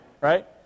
right